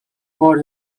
for